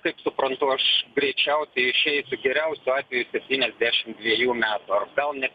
kaip suprantu aš greičiausiai išeisiu geriausiu atveju septynaisdešimt dviejų metų o gal net